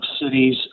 cities